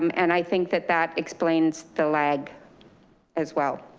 um and i think that that explains the lag as well.